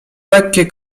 lekkie